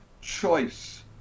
choice